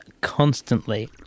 constantly